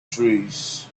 trees